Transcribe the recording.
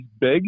big